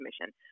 Commission